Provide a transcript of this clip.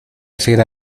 hacer